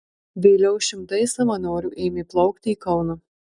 vėliau šimtai savanorių ėmė plaukti į kauną